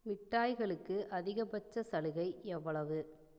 மிட்டாய்களுக்கு அதிகபட்ச சலுகை எவ்வளவு